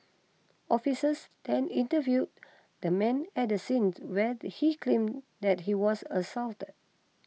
officers then interviewed the man at the scene where he claimed that he was assaulted